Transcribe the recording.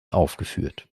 aufgeführt